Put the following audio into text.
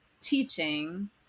teaching